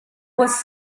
was